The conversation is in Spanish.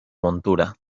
montura